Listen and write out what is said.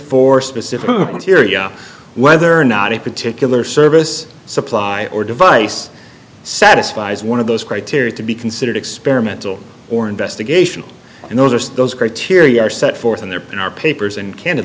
for specific materia whether or not a particular service supply or device satisfies one of those criteria to be considered experimental or investigation and those are so those criteria are set forth in there in our papers and can